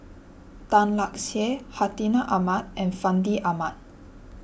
Tan Lark Sye Hartinah Ahmad and Fandi Ahmad